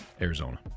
Arizona